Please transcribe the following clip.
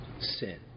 Sin